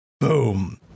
Boom